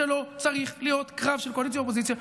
זה לא צריך להיות קרב של קואליציה אופוזיציה,